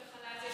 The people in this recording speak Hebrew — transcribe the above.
חל"ת,